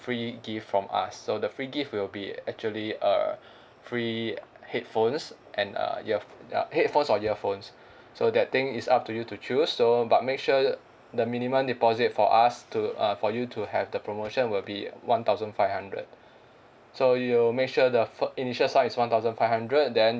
free gift from us so the free gift will be actually a free headphones and uh your uh headphones or earphones so that thing is up to you to choose so but make sure the minimum deposit for us to uh for you to have the promotion will be one thousand five hundred so you will make sure the initial sum is one thousand five hundred then